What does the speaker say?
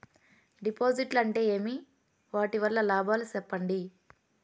డిపాజిట్లు అంటే ఏమి? వాటి వల్ల లాభాలు సెప్పండి?